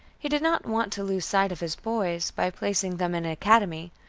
he did not want to lose sight of his boys, by placing them in an academy,